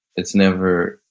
it's never,